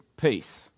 Peace